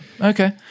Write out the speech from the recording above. Okay